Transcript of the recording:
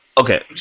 Okay